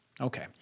Okay